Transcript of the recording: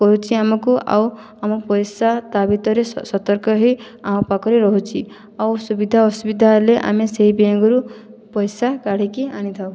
ଦଉଛି ଆମକୁ ଆଉ ଆମ ପଇସା ତା ଭିତରେ ସସତର୍କ ହୋଇ ଆମ ପାଖରେ ରହୁଛି ଆଉ ସୁବିଧା ଅସୁବିଧା ହେଲେ ଆମେ ସେହି ବେଙ୍କରୁ ପଇସା କାଢ଼ିକି ଆଣିଥାଉ